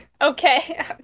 Okay